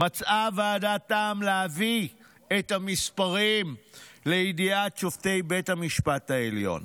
מצאה הוועדה טעם להביא את המספרים לידיעת שופטי בית המשפט העליון.